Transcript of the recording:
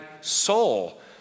soul